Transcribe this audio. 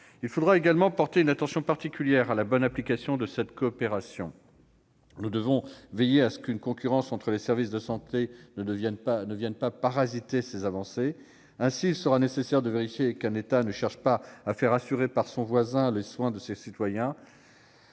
Il faudra également porter une attention particulière à la bonne application de cette coopération. Nous devons veiller à ce qu'une concurrence entre les services de santé ne vienne pas parasiter ces avancées. Ainsi, il sera nécessaire de vérifier qu'un État ne cherche pas à faire assurer par son voisin les soins de ses citoyens